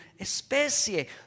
especie